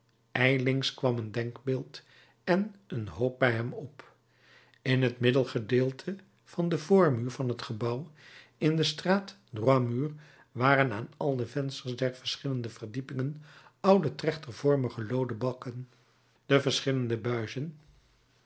ijlings kwam een denkbeeld en een hoop bij hem op in t middelgedeelte van den voormuur van het gebouw in de straat droit mur waren aan al de vensters der verschillende verdiepingen oude trechtervormige looden bakken de verschillende buizen